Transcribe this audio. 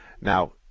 Now